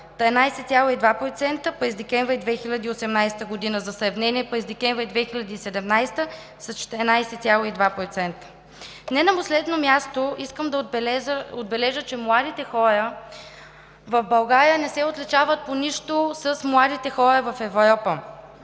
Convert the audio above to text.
13,2% през декември 2018 г., за сравнение през декември 2017 г. с 14,2%. Не на последно място искам да отбележа, че младите хора в България не се отличават по нищо от младите хора в Европа.